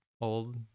old